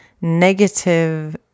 negative